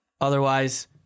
Otherwise